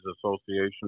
Association